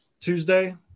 Tuesday